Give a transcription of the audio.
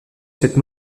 cette